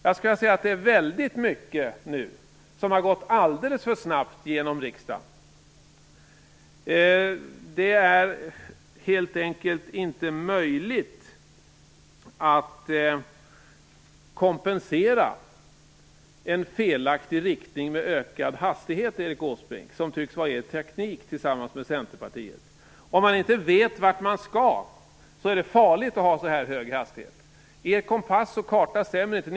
Jag skulle vilja säga att det är väldigt mycket nu som har gått alldeles för snabbt genom riksdagen. Det är helt enkelt inte möjligt att kompensera en felaktig riktning med ökad hastighet, Erik Åsbrink. Det tycks vara er och Centerpartiets teknik. Om man inte vet vart man skall är det farligt att ha så hög hastighet. Ert kompass och er karta stämmer inte.